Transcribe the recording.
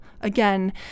again